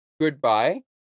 goodbye